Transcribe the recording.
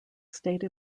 state